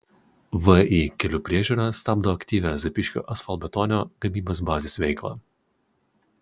vį kelių priežiūra stabdo aktyvią zapyškio asfaltbetonio gamybos bazės veiklą